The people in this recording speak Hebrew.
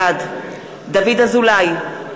בעד דוד אזולאי,